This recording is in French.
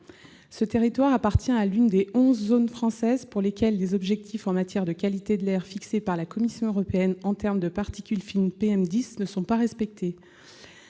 Ce territoire appartient à l'une des onze zones françaises où les objectifs en matière de qualité de l'air fixés par la Commission européenne en termes de particules fines PM10 ne sont pas respectés.